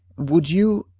would you,